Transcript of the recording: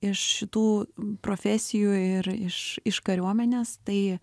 iš šitų profesijų ir iš iš kariuomenės tai